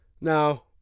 Now